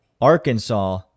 Arkansas